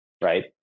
right